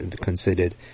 considered